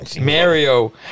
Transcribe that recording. Mario